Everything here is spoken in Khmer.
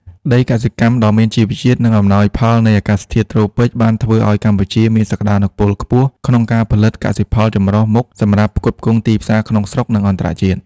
ដីកសិកម្មដ៏មានជីជាតិ និងអំណោយផលនៃអាកាសធាតុត្រូពិក បានធ្វើឱ្យកម្ពុជាមានសក្ដានុពលខ្ពស់ក្នុងការផលិតកសិផលចម្រុះមុខសម្រាប់ផ្គត់ផ្គង់ទីផ្សារក្នុងស្រុក និងអន្តរជាតិ។